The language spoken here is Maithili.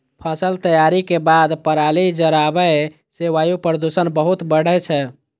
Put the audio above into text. फसल तैयारी के बाद पराली जराबै सं वायु प्रदूषण बहुत बढ़ै छै